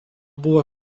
buvo